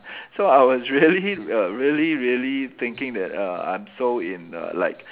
so I was really err really really thinking that uh I'm so in a like